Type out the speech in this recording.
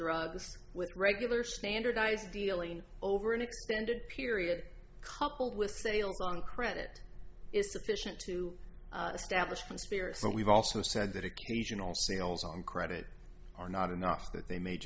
drugs with regular standardized dealing over an extended period coupled with sales on credit is sufficient to establish conspiracy but we've also said that occasional sales on credit are not enough that they may